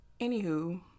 Anywho